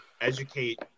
educate